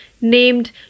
named